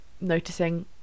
noticing